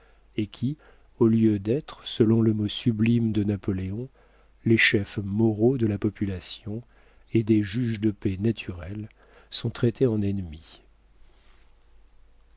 et qui au lieu d'être selon le mot sublime de napoléon les chefs moraux de la population et des juges de paix naturels sont traités en ennemis